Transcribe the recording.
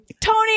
tony